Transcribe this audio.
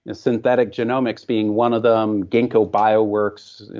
and synthetic genomics being one of them, ginkgo bioworks,